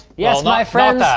yes, my friends,